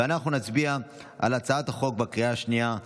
אנחנו נצביע על הצעת החוק בקריאה השנייה,